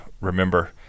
remember